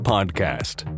Podcast